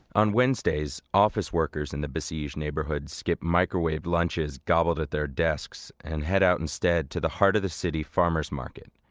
on wednesdays, office workers in the besieged neighborhoods skip microwave lunches gobbled at their desks and head out instead to the heart of the city farmers market.